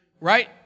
right